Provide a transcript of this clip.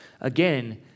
Again